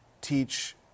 teach